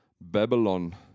Babylon